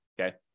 Okay